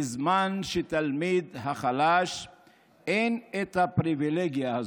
בזמן שלתלמיד החלש אין את הפריבילגיה הזאת.